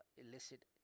illicit